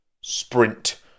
sprint